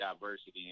diversity